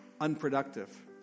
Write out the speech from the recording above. unproductive